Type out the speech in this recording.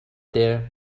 there